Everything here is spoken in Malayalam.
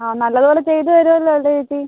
ആ നല്ലത് പോലെ ചെയ്തു തരുവമല്ലോ അല്ലേ ചേച്ചി